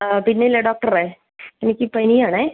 ആ പിന്നെയില്ലേ ഡോക്ടറേ എനിക്ക് പനിയാണേ